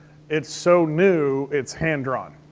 it's so new, it's hand-drawn.